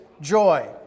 Joy